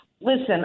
Listen